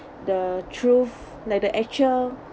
the truth like the actual